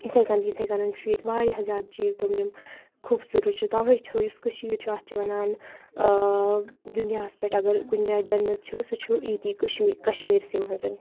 یِتھٕے کٔنۍ یِتھَے کٔنۍ چھُ ییٚتہِ واریاہ زیادٕ چیٖز تِم یِم خوٗبصوٗرت چھِ تَوَے چھُ یُس کٔشیٖر چھُ اَتھ چھِ وَنان دُنیاہَس پٮ۪ٹھ اگر کُنہِ جایہِ جَنت چھُ سُہ چھُ ییٚتی کشمیٖر کَشمیٖرسٕے منٛز